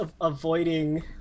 avoiding